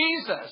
Jesus